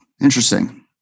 Interesting